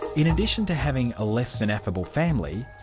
in addition to having a less-than-affable family,